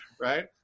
right